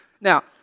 Now